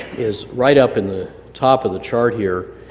is right up in the top of the chart here,